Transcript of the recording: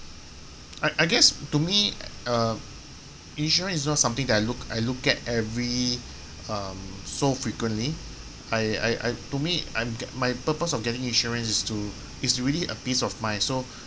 I I guess to me uh insurance is not something that I look I look at every um so frequently I I I to me I'm ge~ my purpose of getting insurance is to is to really a peace of mind so